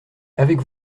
avec